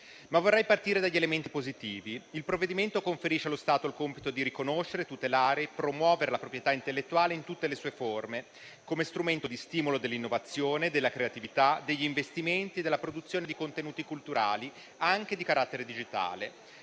Ma vorrei partire dagli elementi positivi. Il provvedimento conferisce allo Stato il compito di riconoscere, tutelare e promuovere la proprietà intellettuale in tutte le sue forme, come strumento di stimolo dell'innovazione, della creatività, degli investimenti e della produzione di contenuti culturali, anche di carattere digitale.